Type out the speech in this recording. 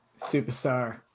superstar